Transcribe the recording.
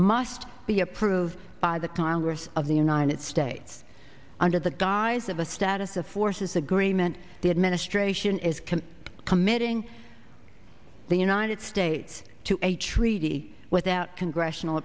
must be approved by the congress of the united states under the guise of a status of forces agreement the administration is can committing the united states to a treaty without congressional